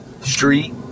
Street